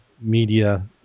Media